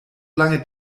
lange